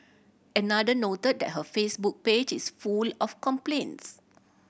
another noted that her Facebook page is full of complaints